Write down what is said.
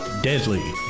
Deadly